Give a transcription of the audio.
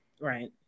Right